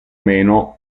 meno